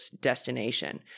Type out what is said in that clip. destination